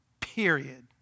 Period